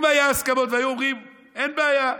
אם היו הסכמות והיו אומרים: אין בעיה.